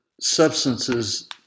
substances